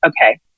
okay